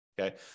okay